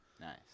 Nice